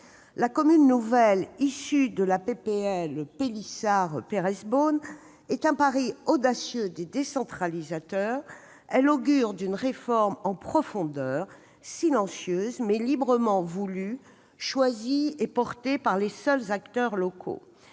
La commune nouvelle issue de la proposition de loi Pélissard-Pires Beaune est un pari audacieux des décentralisateurs et augure d'une réforme en profondeur, silencieuse mais librement voulue, choisie et portée par les seuls acteurs locaux.